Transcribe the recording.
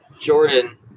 Jordan